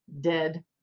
dead